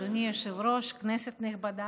אדוני היושב-ראש, כנסת נכבדה,